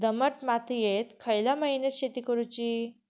दमट मातयेत खयल्या महिन्यात शेती करुची?